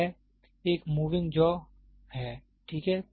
यह एक moving jaw है ठीक है